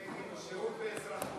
בני בגין, שיעור באזרחות.